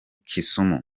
kisumu